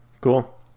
Cool